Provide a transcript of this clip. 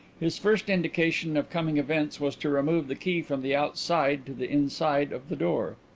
his first indication of coming events was to remove the key from the outside to the inside of the door.